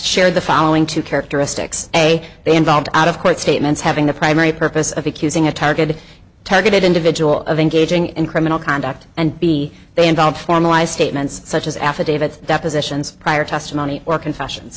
shared the following two characteristics a they involved out of court statements having the primary purpose of accusing a targeted targeted individual of engaging in criminal conduct and b they involve formalized statements such as affidavits depositions prior testimony or confessions